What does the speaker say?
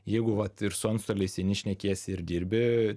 jeigu vat ir su antstoliais eini šnekiesi ir dirbi